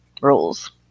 rules